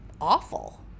awful